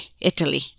Italy